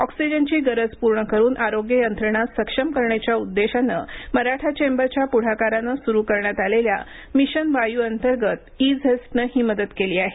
ऑक्सिजनची गरज पूर्ण करून आरोग्य यंत्रणा सक्षम करण्याच्या उद्देशाने मराठा चेंबरच्या पुढाकाराने सुरु करण्यात आलेल्या मिशन वाय् अंतर्गत ई झेस्टच्यानं ही मदत केली आहे